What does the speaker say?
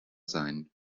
sein